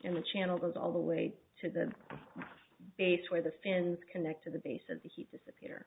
and the channel goes all the way to the base where the fins connect to the base of the heap disappear